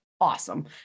awesome